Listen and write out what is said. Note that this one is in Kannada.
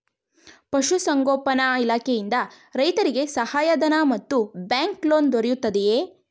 ಪಶು ಸಂಗೋಪನಾ ಇಲಾಖೆಯಿಂದ ರೈತರಿಗೆ ಸಹಾಯ ಧನ ಮತ್ತು ಬ್ಯಾಂಕ್ ಲೋನ್ ದೊರೆಯುತ್ತಿದೆಯೇ?